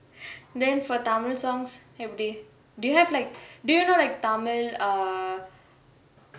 then for tamil songs எப்டி:epdi do you have like do you know like tamil err